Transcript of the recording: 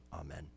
amen